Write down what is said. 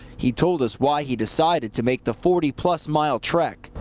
he told us why he decided to make the forty plus mile trek.